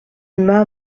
mas